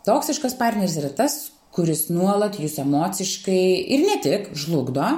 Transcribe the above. toksiškas partneris yra tas kuris nuolat jus emociškai ir ne tik žlugdo